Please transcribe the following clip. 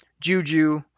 Juju